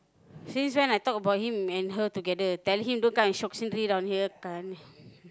since when I talk about him and her together tell him don't come and shiok sendiri down here kan~